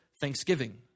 thanksgiving